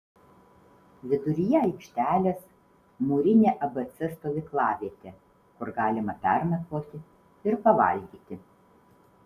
viduryje aikštelės mūrinė abc stovyklavietė kur galima pernakvoti ir pavalgyti